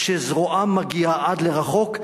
שזרוען מגיעה עד לרחוק,